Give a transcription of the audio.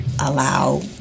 allow